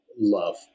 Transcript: love